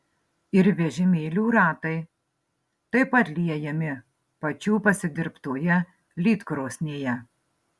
ir vežimėlių ratai taip pat liejami pačių pasidirbtoje lydkrosnėje